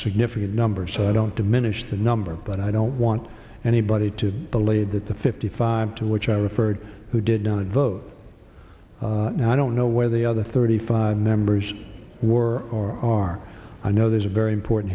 significant number so i don't diminish the number but i don't want anybody to believe that the fifty five to which i referred who did not vote and i don't know where the other thirty five members were or are i know there's a very